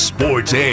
Sports